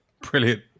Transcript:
Brilliant